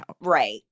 right